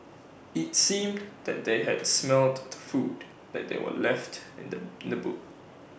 IT seemed that they had smelt the food that they were left in the in the boot